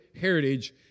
heritage